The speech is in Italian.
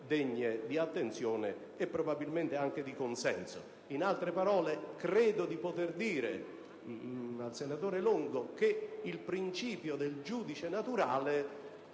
degne di attenzione e probabilmente anche di consenso. In altre parole, penso di poter dire al senatore Longo - se mi permette - che il principio del giudice naturale